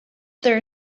their